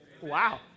wow